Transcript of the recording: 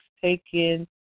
taken